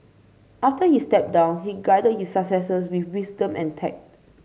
after he stepped down he guided his successors with wisdom and tact